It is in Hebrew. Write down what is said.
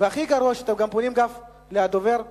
והכי גרוע, שאתם גם מפנים גב לדובר בדוכן.